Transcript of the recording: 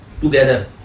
together